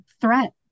threat